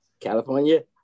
California